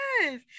Yes